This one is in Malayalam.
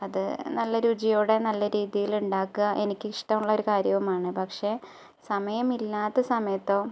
അത് നല്ല രുചിയോടെ നല്ല രീതിയിലുണ്ടാക്കുക എനിക്ക് ഇഷ്ടമുള്ള ഒരു കാര്യവുമാണ് പക്ഷെ സമയമില്ലാത്ത സമയത്തോ